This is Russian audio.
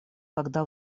когда